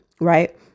right